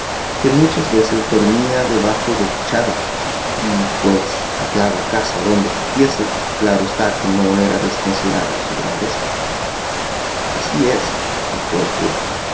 que muchas veces dormía debajo de techado y pues hallaba casa donde cupiese claro está que no era desmesurada su grandeza así es dijo el cura